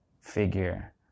figure